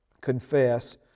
confess